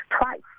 twice